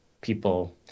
people